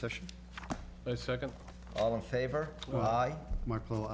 such a second all in favor michael